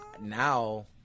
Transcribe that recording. now